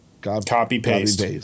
Copy-paste